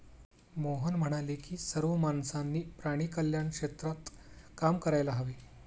मोहन म्हणाले की सर्व माणसांनी प्राणी कल्याण क्षेत्रात काम करायला हवे